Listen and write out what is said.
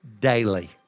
daily